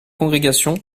congrégation